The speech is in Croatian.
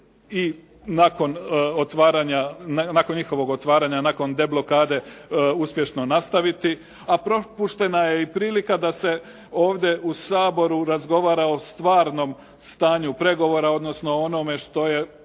nakon njihovog otvaranja, nakon deblokade uspješno nastaviti. A propuštena je i prilika da se ovdje u Saboru razgovara o stvarnom stanju pregovora, odnosno o onome što je